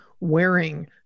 wearing